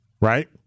right